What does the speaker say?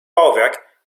bauwerk